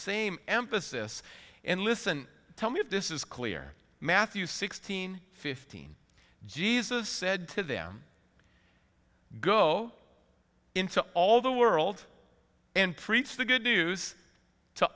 same emphasis and listen tell me if this is clear matthew sixteen fifteen jesus said to them go into all the world and preach the good news to